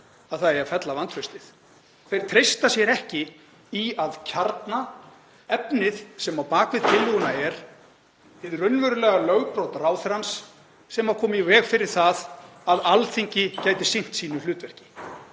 að það eigi að fella vantraustið. Þeir treysta sér ekki í að kjarna efnið sem á bak við tillöguna er; hið raunverulega lögbrot ráðherrans sem kom í veg fyrir það að Alþingi gæti sinnt hlutverki